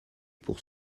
pour